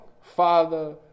Father